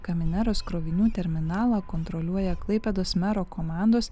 kamineros krovinių terminalą kontroliuoja klaipėdos mero komandos